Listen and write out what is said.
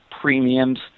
premiums